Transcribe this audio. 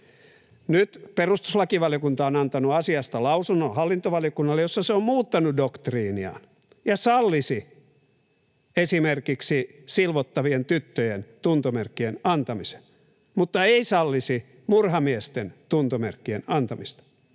Nyt perustuslakivaliokunta on antanut asiasta lausunnon hallintovaliokunnalle, jossa se on muuttanut doktriiniaan ja sallisi esimerkiksi silvottavien tyttöjen tuntomerkkien antamisen mutta ei sallisi murhamiesten tuntomerkkien antamista,